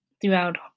throughout